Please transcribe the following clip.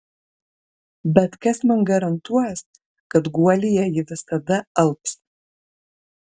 bet kas man garantuos kad guolyje ji visada alps